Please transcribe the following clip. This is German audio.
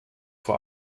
vor